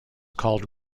called